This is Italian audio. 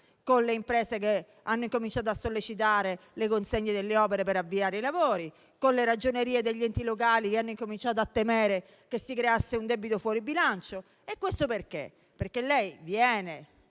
con le imprese che hanno cominciato a sollecitare le consegne delle opere per avviare i lavori e con le Ragionerie degli enti locali che hanno cominciato a temere che si creasse un debito fuori bilancio. Questo perché? Lei viene